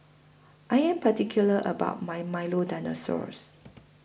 I Am particular about My Milo Dinosaurs